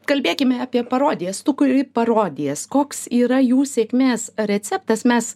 kalbėkime apie parodijas tu kuri parodijas koks yra jų sėkmės receptas mes